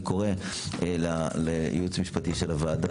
אני קורא לייעוץ המשפטי של הוועדה,